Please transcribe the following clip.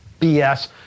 BS